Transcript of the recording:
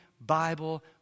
Bible